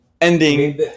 ending